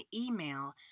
email